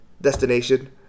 destination